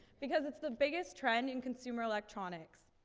because it's the biggest trend in consumer electronics.